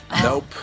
Nope